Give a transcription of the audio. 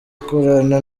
akorana